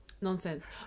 nonsense